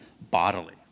bodily